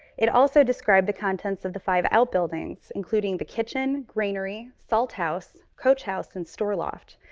it also described the contents of the five outbuildings, including the kitchen, granary, salt house, coach house and store loft.